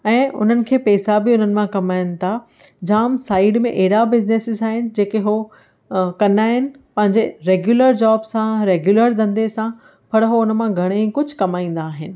ऐं उन्हनि खे पैसा बि हुननि मां कमाइनि था जामु साइड में अहिड़ा बिजनेसिस आहिनि जेके हो कंदा आहिनि पंहिंजे रेगुलर जॉबस आहे रेगुलर धंधे सां पर हो हुन मां घणे कुझु कमाईंदा आहिनि